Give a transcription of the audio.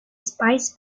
spice